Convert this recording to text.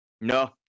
No